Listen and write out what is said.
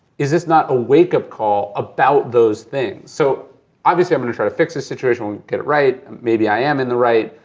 is this not a wake up call about those things? so obviously, i'm gonna try to fix this situation, get it right, maybe i am in the right,